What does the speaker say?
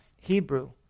Hebrew